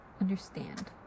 understand